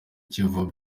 kivu